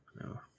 No